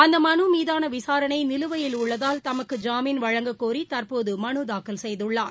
அந்த மனு மீதான விசாரணை நிலுவையில் உள்ளதால் தமக்கு ஜாமீன் வழங்கக்கோரி தற்போது மனுத்தாக்கல் செய்துள்ளார்